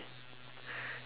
or my assignment due